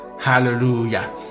Hallelujah